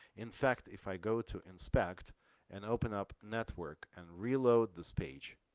in fact, if i go to inspect and open up network and reload this page,